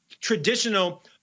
traditional